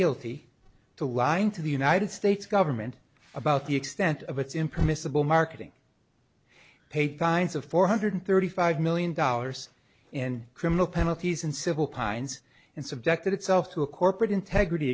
guilty to lying to the united states government about the extent of its impermissible marketing paid fines of four hundred thirty five million dollars in criminal penalties in civil pines and subjected itself to a corporate integrity